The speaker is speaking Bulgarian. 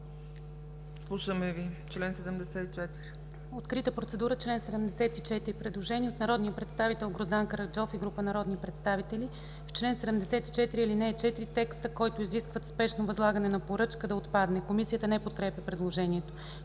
АЛЕКСАНДРОВА: „Открита процедура” – чл. 74. Предложение от народния представител Гроздан Караджов и група народни представители: „В чл. 74, ал. 4 текстът „които изискват спешно възлагане на поръчка” да отпадне”. Комисията не подкрепя предложението.